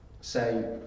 say